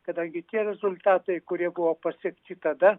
kadangi tie rezultatai kurie buvo pasiekti tada